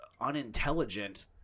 unintelligent